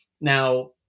Now